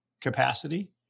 capacity